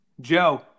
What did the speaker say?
Joe